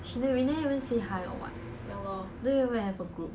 she never even say hi or what don't even have a group